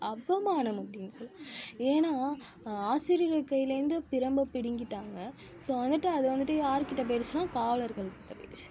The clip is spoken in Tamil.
அவமானம் அப்படின்னு சொல்லெலாம் ஏன்னால் ஆசிரியர்கள் கைலேந்து பிரம்ப பிடிங்கிட்டாங்க ஸோ வந்துட்டு அதை வந்துட்டு யாருக்கிட்ட பேயிடுச்சுனா காவலர்கள்க்கிட்ட போயிடுச்சு